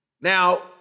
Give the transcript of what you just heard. Now